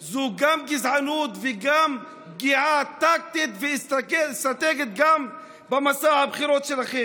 זאת גם גזענות וגם פגיעה טקטית ואסטרטגית במסע הבחירות שלכם.